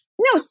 no